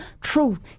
truth